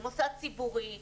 למוסד ציבורי,